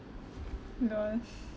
don't want